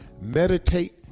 meditate